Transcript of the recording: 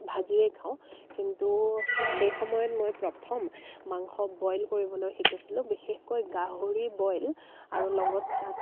ভাজিয়ে খাওঁ কিন্তু সেই সময়ত মই প্ৰথম মাংস বইল কৰিবলৈ শিকিছিলোঁ বিশেষকৈ গাহৰি বইল আৰু লগত তাত